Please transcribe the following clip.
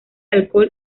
alcohol